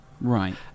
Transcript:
Right